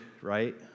right